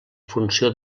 funció